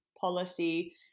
policy